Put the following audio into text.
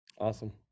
Awesome